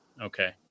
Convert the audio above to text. okay